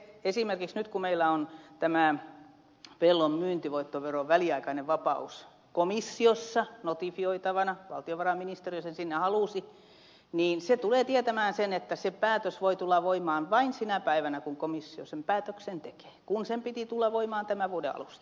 siis esimerkiksi nyt kun meillä on pellon myyntivoittoveron väliaikainen vapaus komissiossa notifioitavana valtiovarainministeriö sen sinne halusi niin se tulee tietämään sen että se päätös voi tulla voimaan vain sinä päivänä kun komissio sen päätöksen tekee kun sen piti tulla voimaan tämän vuoden alusta